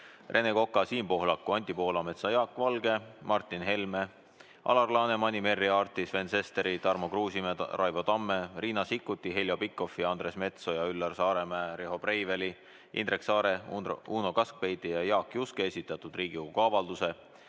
Rene Koka, Siim Pohlaku, Anti Poolametsa, Jaak Valge, Martin Helme, Alar Lanemani, Merry Aarti, Sven Sesteri, Tarmo Kruusimäe, Raivo Tamme, Riina Sikkuti, Heljo Pikhofi, Andres Metsoja, Üllar Saaremäe, Riho Breiveli, Indrek Saare, Uno Kaskpeiti ja Jaak Juske esitatud Riigikogu avalduse